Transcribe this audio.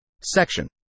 Section